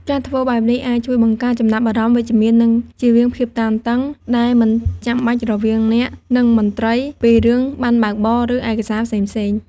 ការធ្វើបែបនេះអាចជួយបង្កើតចំណាប់អារម្មណ៍វិជ្ជមាន និងជៀសវាងភាពតានតឹងដែលមិនចាំបាច់រវាងអ្នក និងមន្ត្រីពីរឿងប័ណ្ណបើកបរ ឬឯកសារផ្សេងៗ។